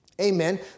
amen